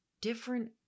different